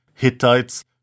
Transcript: Hittites